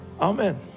Amen